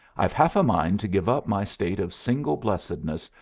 i've half a mind to give up my state of single blessedness,